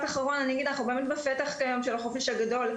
אנחנו בפתחו של החופש הגדול.